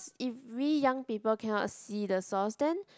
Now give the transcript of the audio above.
if really young people cannot see the sauce then